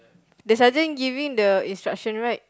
the sergeant giving the instruction right